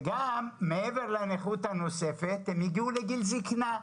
מעבר לנכות הנוספת הם הגיעו לגיל זקנה.